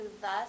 thus